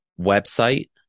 website